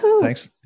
thanks